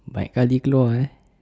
banyak kali keluar eh